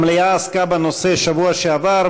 המליאה עסקה בנושא בשבוע שעבר,